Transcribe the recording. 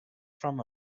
from